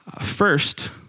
First